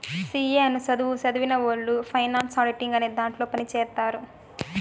C A అనే సధువు సదివినవొళ్ళు ఫైనాన్స్ ఆడిటింగ్ అనే దాంట్లో పని చేత్తారు